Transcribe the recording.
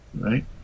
Right